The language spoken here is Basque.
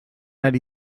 ari